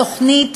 בתוכנית